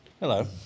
Hello